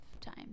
time